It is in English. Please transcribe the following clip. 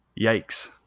Yikes